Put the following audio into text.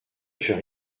fait